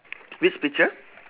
which picture